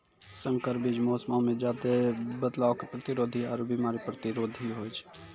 संकर बीज मौसमो मे ज्यादे बदलाव के प्रतिरोधी आरु बिमारी प्रतिरोधी होय छै